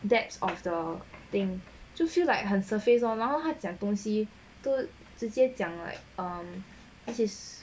depths of the thing 就 feel like 很 surface lor 然后他讲东西都直接讲 like um as is